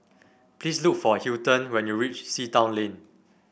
please look for Hilton when you reach Sea Town Lane